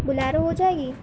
Bolero ہو جائے گی